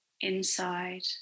inside